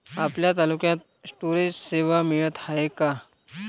आपल्या तालुक्यात स्टोरेज सेवा मिळत हाये का?